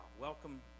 welcome